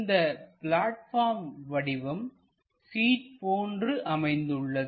இந்த பிளாட்பார்ம் வடிவம் சீட் போன்று அமைந்துள்ளது